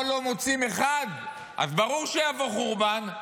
פה לא מוצאים אחד, אז ברור שיבוא חורבן.